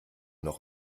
noch